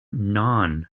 non